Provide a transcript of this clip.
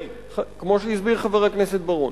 כמו שהסביר חבר הכנסת בר-און.